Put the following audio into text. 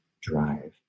drive